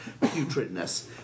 putridness